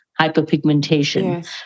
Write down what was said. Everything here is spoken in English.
hyperpigmentation